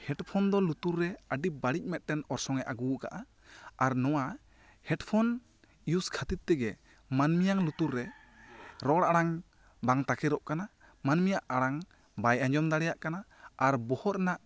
headphone ᱫᱚ ᱞᱩᱛᱩᱨ ᱨᱮ ᱟᱹᱰᱤ ᱵᱟᱹᱲᱤᱡ ᱢᱮᱫ ᱴᱮᱱ ᱚᱨᱥᱚᱝ ᱮ ᱟᱹᱜᱩ ᱠᱟᱜᱼᱟ ᱟᱨ ᱱᱚᱣᱟ ᱦᱮᱰᱯᱷᱚᱱ ᱭᱩᱥ ᱠᱷᱟᱹᱛᱤᱨ ᱛᱮᱜᱮ ᱢᱟᱹᱱᱢᱤᱭᱟᱜ ᱞᱩᱛᱩᱨ ᱨᱮ ᱨᱚᱲ ᱟᱲᱟᱝ ᱵᱟᱝ ᱛᱟᱠᱮᱨᱚᱜ ᱠᱟᱱᱟ ᱢᱟᱹᱱᱢᱤᱭᱟᱜ ᱟᱲᱟᱝ ᱵᱟᱭ ᱟᱸᱡᱚᱢ ᱫᱟᱲᱮᱭᱟᱜ ᱠᱟᱱᱟ ᱟᱨ ᱵᱚᱦᱚᱜ ᱨᱮᱱᱟᱜ